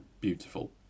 beautiful